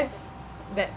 that